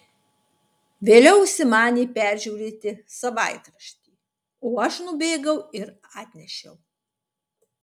vėliau užsimanė peržiūrėti savaitraštį o aš nubėgau ir atnešiau